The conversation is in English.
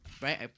right